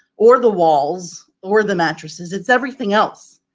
or the walls or the mattresses. it's everything else.